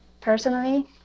Personally